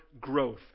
growth